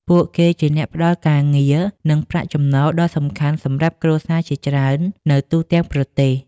ពួកគេជាអ្នកផ្តល់ការងារ និងប្រាក់ចំណូលដ៏សំខាន់សម្រាប់គ្រួសារជាច្រើននៅទូទាំងប្រទេស។